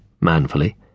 manfully